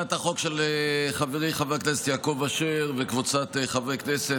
הצעת החוק של חברי חבר הכנסת יעקב אשר וקבוצת חברי הכנסת